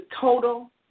total